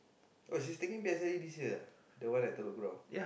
oh she's taking P_S_L_E this year ah the one at Telok-Kurau